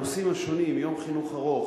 הנושאים השונים: יום חינוך ארוך,